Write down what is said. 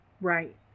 Right